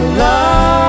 love